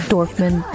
Dorfman